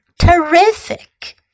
TERRIFIC